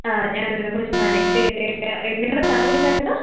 ങാ ഞാൻ ഇതിനെക്കുറിച്ചൊന്ന് അന്വേഷിക്കട്ടെ നിങ്ങളുടെ സ്ഥലം ഏതായിരുന്നു